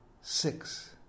Six